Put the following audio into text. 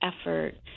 effort